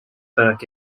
book